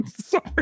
sorry